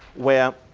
where